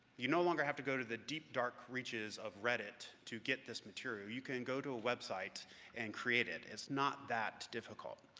you no longer have to go to the deep, dark reaches of reddit to get this material. you can go to a website and create it, it's not that difficult.